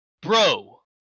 bro